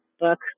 book